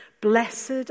blessed